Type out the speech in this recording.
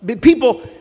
people